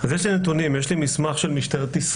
אז יש לי נתונים, יש לי מסמך של משטרת ישראל,